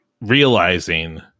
realizing